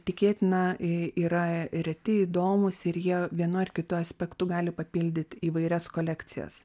tikėtina yra reti įdomūs ir jie vienu ar kitu aspektu gali papildyt įvairias kolekcijas